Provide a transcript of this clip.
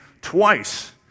twice